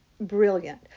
brilliant